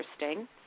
interesting